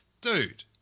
Dude